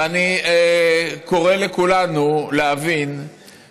ואני קורא לכולנו להבין, תודה.